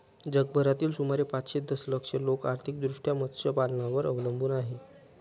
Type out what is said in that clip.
जगभरातील सुमारे पाचशे दशलक्ष लोक आर्थिकदृष्ट्या मत्स्यपालनावर अवलंबून आहेत